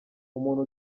umuntu